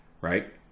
right